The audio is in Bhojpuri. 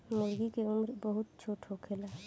मूर्गी के उम्र बहुत छोट होखेला